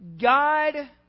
God